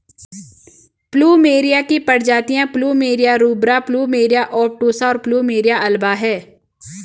plumeria की प्रजातियाँ plumeria rubra, plumeria obtusa, और प्लुमेरिया अल्बा हैं